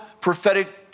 prophetic